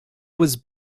was